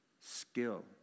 skill